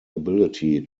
ability